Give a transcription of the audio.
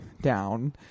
down